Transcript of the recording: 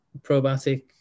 probiotic